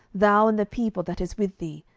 thou and the people that is with thee,